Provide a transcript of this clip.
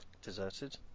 Deserted